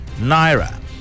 naira